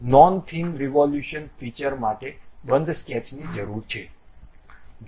non thin revolution feature માટે બંધ સ્કેચની જરૂર છે